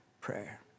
prayer